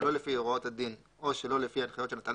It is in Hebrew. שלא לפי הוראות הדין או שלא לפי הנחיות שנתן